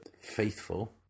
faithful